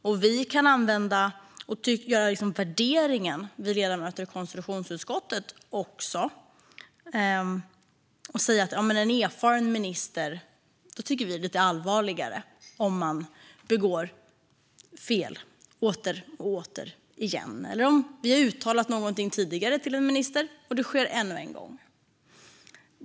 Vi i konstitutionsutskottet kan också göra en värdering och säga att vi tycker att det är lite allvarligare om en erfaren minister åter och åter igen begår fel, om vi har påtalat fel för en minister tidigare och det ändå sker ännu en gång.